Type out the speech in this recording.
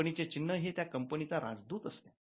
कंपनीचे चिन्ह हे त्या कंपनी चा राजदूत असते